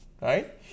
Right